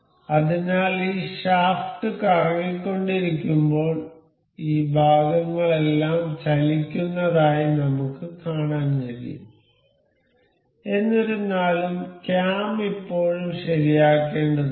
അതിനാൽ ഈ ഷാഫ്റ്റ് കറങ്ങിക്കൊണ്ടിരിക്കുമ്പോൾ ഈ ഭാഗങ്ങളെല്ലാം ചലിക്കുന്നതായി നമുക്ക് കാണാൻ കഴിയും എന്നിരുന്നാലും ക്യാം ഇപ്പോഴും ശരിയാക്കേണ്ടതുണ്ട്